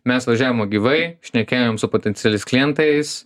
mes važiavom gyvai šnekėjom su potencialiais klientais